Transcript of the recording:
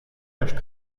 dieser